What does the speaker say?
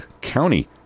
County